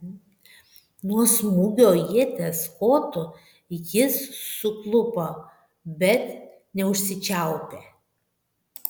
nuo smūgio ieties kotu jis suklupo bet neužsičiaupė